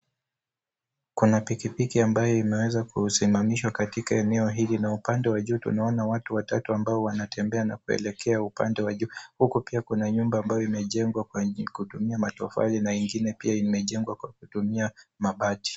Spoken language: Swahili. Kuna piki piki ambayo imeweza kusimamishwa katika eneo hili na upande wa juu tunaona watu watatu ambao wanatembea na kuelekea upande wa juu huku pia kuna nyumba iliyojengwa kutumia matofali na ingine pia imejengwa kwa kutumia mabati.